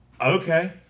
Okay